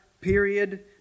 period